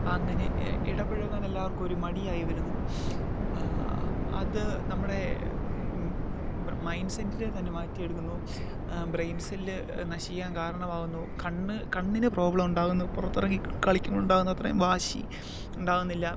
അങ്ങനെ ഇടപെഴകാൻ എല്ലാവർക്കും ഒരു മടിയായി വരുന്നു അത് നമ്മുടെ മൈൻ്റ്സെറ്റിനെ തന്നെ മാറ്റിയെടുക്കുന്നു ബ്രെയിൻ സെല്ല് നശിക്കാൻ കാരണമാകുന്നു കണ്ണ് കണ്ണിന് പ്രോബ്ലം ഉണ്ടാകുന്നു പുറത്തിറങ്ങി കളിക്കുമ്പോൾ ഉണ്ടാകുന്ന അത്രയും വാശി ഉണ്ടാവുന്നില്ല